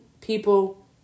people